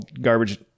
garbage